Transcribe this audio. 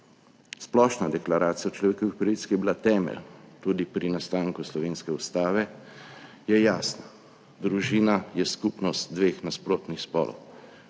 Splošna deklaracija človekovih pravic, ki je bila temelj tudi pri nastanku slovenske Ustave, je jasna. Družina je skupnost dveh nasprotnih spolov,